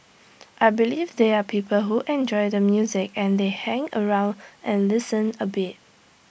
I believe there are people who enjoy the music and they hang around and listen A bit